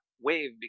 wave